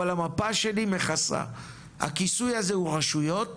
אבל המפה שלי מכסה, הכיסוי הזה הוא רשויות,